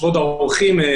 כבוד האורחים,